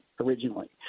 originally